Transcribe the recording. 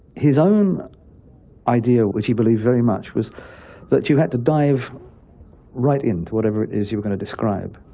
his own idea, which he believed very much, was that you had to dive right into whatever it is you were going to describe,